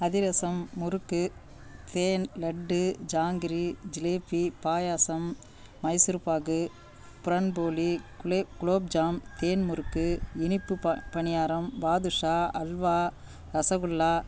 அதிரசம் முறுக்கு தேன் லட்டு ஜாங்கிரி ஜிலேபி பாயாசம் மைசூர்பாகு ப்ரன் போலி குலேப் குலோப் ஜாம் தேன் முறுக்கு இனிப்புப் பணியாரம் பாதுஷா அல்வா ரசகுல்லா